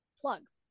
plugs